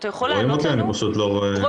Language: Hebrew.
אני אשמח אם